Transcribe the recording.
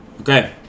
Okay